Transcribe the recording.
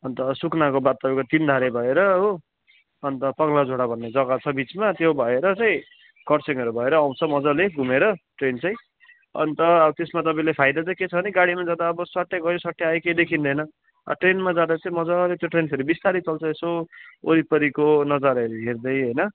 अन्त सुकुनाको बाद तपाईँको तिनधारे भएर हो अन्त पगलाझोडा भन्ने जग्गा छ बिचमा त्यो भएर चाहिँ खरसाङहरू भएर आउँछ मजाले घुमेर ट्रेन चाहिँ अन्त अब त्यसमा तपाईँले फाइदा चाहिँ के छ भने गाडीमा जाँदा अब सट्टै गयो सट्टै आयो केही देखिँदैन अब ट्रेनमा जाँदा चाहिँ मजाले त्यो ट्रेन फेरि बिस्तारै चल्छ यसो वरिपरिको नजाराहरू हेर्दै होइन